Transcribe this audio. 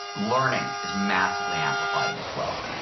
learning is massively amplified in flow,